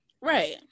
Right